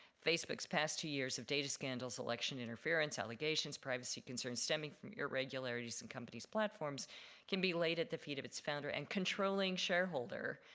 facebook's past two years of data scandals, election interference, allegations, privacy concerns stemming from irregularities in company's platforms can be laid at the feet of its founder and controlling shareholder,